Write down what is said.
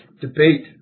debate